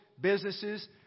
businesses